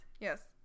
Yes